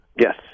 Yes